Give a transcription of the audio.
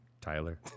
Tyler